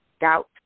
doubt